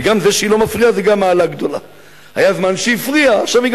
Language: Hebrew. וזה שהיא לא מפריעה זו גם מעלה גדולה.